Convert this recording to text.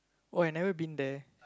oh I never been there